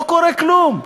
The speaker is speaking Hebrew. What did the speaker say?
לא קורה כלום.